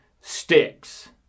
sticks